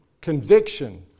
conviction